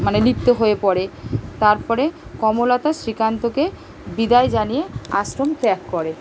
মানে লিপ্ত হয়ে পড়ে তারপরে কমলতা শ্রীকান্তকে বিদায় জানিয়ে আশ্রম ত্যাগ করে